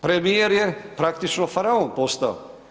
Premijer je praktično faraon postao.